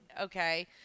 okay